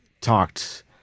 talked